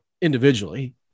individually